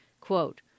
Quote